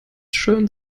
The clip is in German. schön